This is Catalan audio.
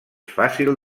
fàcil